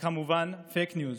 וכמובן פייק ניוז,